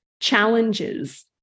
challenges